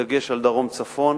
בדגש על דרום וצפון,